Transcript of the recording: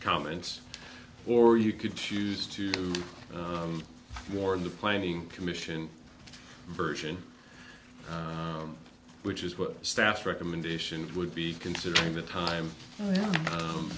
comments or you could choose to do more in the planning commission version which is what staff recommendation would be considering the time